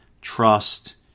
trust